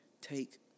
take